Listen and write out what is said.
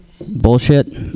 Bullshit